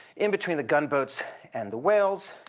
in between the gunboats and the whales.